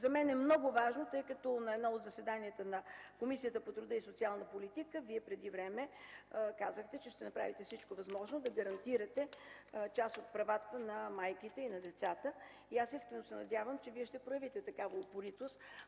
За мен е много важно, тъй като на едно от заседанията на Комисията по труда и социалната политика Вие преди време казахте, че ще направите всичко възможно да гарантирате част от правата на майките и на децата. Искрено се надявам, че Вие ще проявите такава упоритост